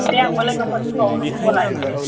दे आंबो लोगोफोरखौ खबर लानोसै